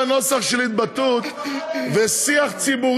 אז אם אתה מדבר על נוסח של התבטאות ושיח ציבורי,